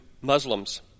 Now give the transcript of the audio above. Muslims